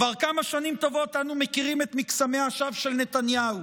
כבר כמה שנים טובות אנו מכירים את מקסמי השווא של נתניהו,